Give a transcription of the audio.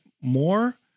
more